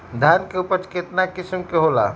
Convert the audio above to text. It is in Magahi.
धान के उपज केतना किस्म के होला?